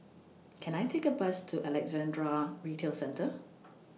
Can I Take A Bus to Alexandra Retail Centre